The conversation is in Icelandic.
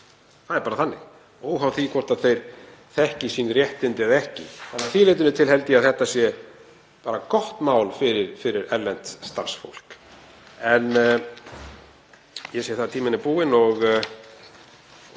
það er bara þannig, óháð því hvort þeir þekki sín réttindi eða ekki. Að því leytinu til held ég að þetta sé gott mál fyrir erlent starfsfólk. En ég sé að tíminn er búinn og